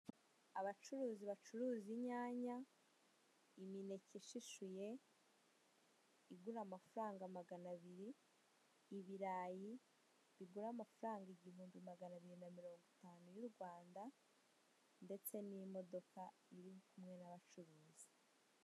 Abacuruzi bacuruza inyana, imineke ishishuye, igura amafaranga magana abiri, ibirayi bigura amafaranga igihumbi magana abiri na mirongo itanu y'u Rwanda, ndetse n'imodoka iri kumwe n'abacuruzi.